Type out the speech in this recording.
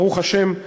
ברוך השם,